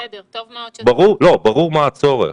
בסדר, טוב מאוד --- ברור מה הצורך.